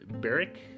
Beric